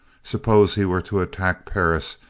suppose he were to attack perris,